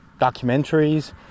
documentaries